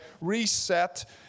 reset